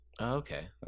Okay